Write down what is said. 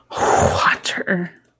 Water